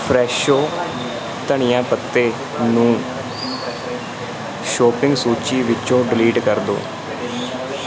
Fresho ਧਨੀਆ ਪੱਤੇ ਨੂੰ ਸ਼ੋਪਿੰਗ ਸੂਚੀ ਵਿੱਚੋਂ ਡਿਲੀਟ ਕਰ ਦਿਉ